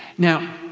now